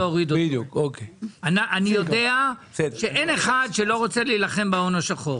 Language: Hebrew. אני יודע שאין אחד שלא רוצה להילחם בהון השחור.